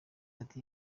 ati